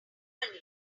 money